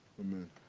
Amen